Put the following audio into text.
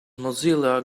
mozilla